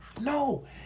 No